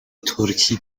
ترکی